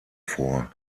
vor